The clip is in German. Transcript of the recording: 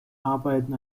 arbeiten